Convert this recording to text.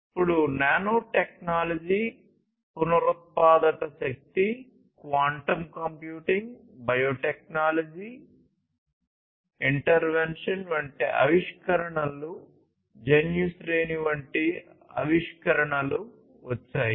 అప్పుడు నానోటెక్నాలజీ పునరుత్పాదక శక్తి క్వాంటం కంప్యూటింగ్ బయోటెక్నాలజీ ఇంటర్వెన్షన్స్ వంటి ఆవిష్కరణలు జన్యు శ్రేణి వంటి ఆవిష్కరణలు వచ్చాయి